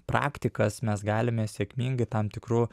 praktikas mes galime sėkmingai tam tikru